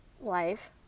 life